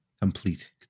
complete